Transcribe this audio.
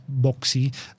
boxy